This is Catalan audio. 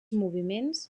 moviments